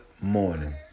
morning